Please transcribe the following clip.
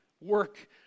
work